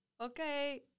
Okay